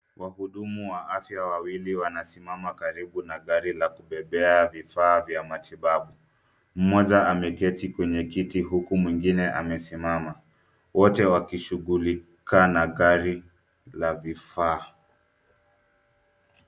Wahudumu wa afya wawili wanasimama karibu na gari la kubebea vifaa vya matibabu. Mmoja ameketi kwenye kiti huku mwingine amesimama wote wakishughulika na gari la vifaa.